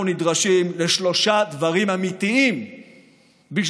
אנחנו נדרשים לשלושה דברים אמיתיים בשביל